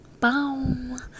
Boom